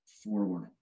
forward